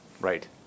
Right